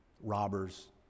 robbers